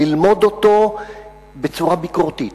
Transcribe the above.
ללמוד אותו בצורה ביקורתית,